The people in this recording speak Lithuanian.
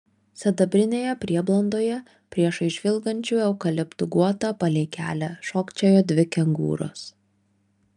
sidabrinėje prieblandoje priešais žvilgančių eukaliptų guotą palei kelią šokčiojo dvi kengūros